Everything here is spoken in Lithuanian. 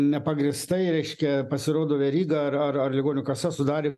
nepagrįstai reiškia pasirodo veryga ar ar ar ligonių kasa sudarė